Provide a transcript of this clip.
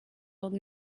old